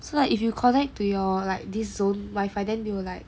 so like if you connect to your like this zone wifi then they will like